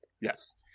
Yes